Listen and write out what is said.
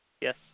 Yes